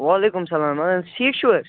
وعلیکُم سَلام اہَن حظ ٹھیٖک چھُو حظ